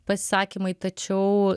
pasisakymai tačiau